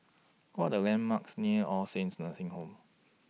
What Are The landmarks near All Saints Nursing Home